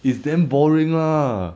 it's damn boring lah